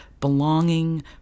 belonging